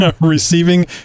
Receiving